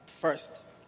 first